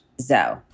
Zoe